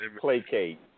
placate